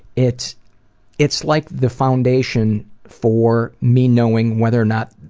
it's it's like the foundation for me knowing whether or not